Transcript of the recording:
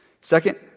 Second